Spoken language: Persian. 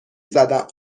زدم